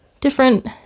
different